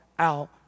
out